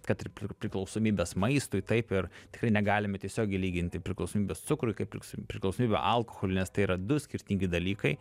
kad ir priklausomybės maistui taip ir tikrai negalime tiesiogiai lyginti priklausomybės cukrui kaip tik su priklausomybe alkoholiui nes tai yra du skirtingi dalykai